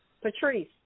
Patrice